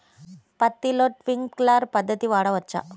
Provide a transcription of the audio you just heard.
పత్తిలో ట్వింక్లర్ పద్ధతి వాడవచ్చా?